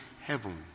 heaven